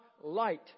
light